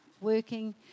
working